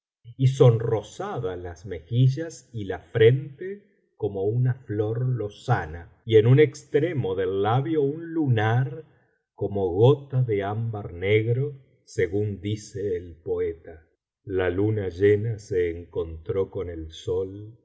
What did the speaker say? y sonrosadas las mejillas y la frente como una flor lozana y en un extremo del labio un lunar como gota de ámbar negro según dice el poeta la luna llena se encontró con el sol